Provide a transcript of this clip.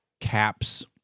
caps